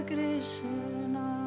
Krishna